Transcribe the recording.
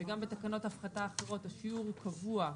וגם בתקנות ההפחתה האחרות השיעור הוא קבוע,